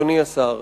אדוני השר,